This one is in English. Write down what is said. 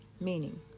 meaning